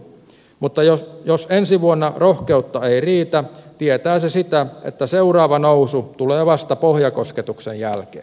mutta jos ensi vuonna rohkeutta ei riitä tietää se sitä että seuraava nousu tulee vasta pohjakosketuksen jälkeen